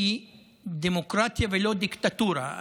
היא דמוקרטיה ולא דיקטטורה.